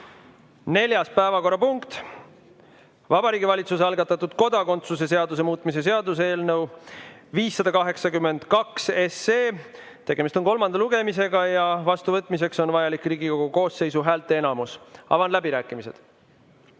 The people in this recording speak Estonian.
Neljas päevakorrapunkt: Vabariigi Valitsuse algatatud kodakondsuse seaduse muutmise seaduse eelnõu 582. Tegemist on kolmanda lugemisega ja vastuvõtmiseks on vajalik Riigikogu koosseisu häälteenamus. Avan läbirääkimised.